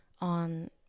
on